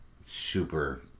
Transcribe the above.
super